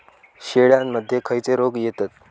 शेळ्यामध्ये खैचे रोग येतत?